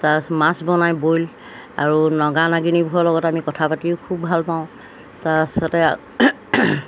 তাৰপাছত মাছ বনাই বইল আৰু নগা নাগিনীবোৰৰ লগত আমি কথা পাতিও খুব ভালপাওঁ তাৰপাছতে